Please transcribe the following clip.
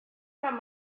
from